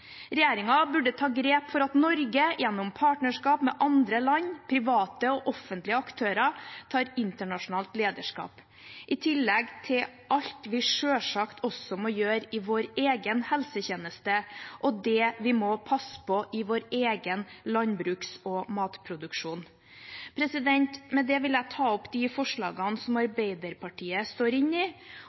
burde ta grep for at Norge gjennom partnerskap med andre land, private og offentlige aktører tar internasjonalt lederskap, i tillegg til alt vi selvsagt også må gjøre i vår egen helsetjeneste, og det vi må passe på i vår egen landbruks- og matproduksjon. Jeg vil signalisere at vi vil